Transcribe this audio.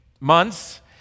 months